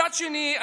מצד שני,